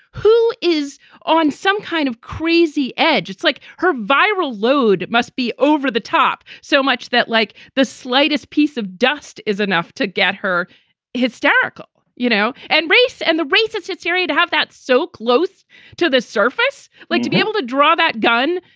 who is on some kind of crazy edge? it's like her viral load must be over the top so much that, like, the slightest piece of dust is enough to get her hysterical, you know, and race and the racist hysteria to have that so close to the surface like to be able to draw that gun.